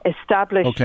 establish